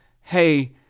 hey